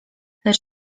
lecz